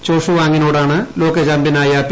ചോഷുവാങിനോടാണ് ലോകചാമ്പ്യനായ പി